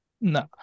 No